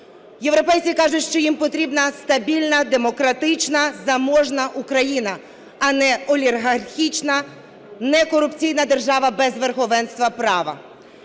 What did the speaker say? Європейці кажуть, що їм потрібна стабільна демократична заможна Україна, а не олігархічна, корупційна держава, без верховенства права.